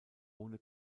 ohne